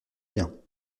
bien